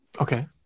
Okay